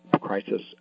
crisis